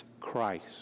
Christ